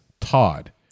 Todd